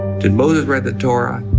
did moses write the torah?